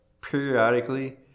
periodically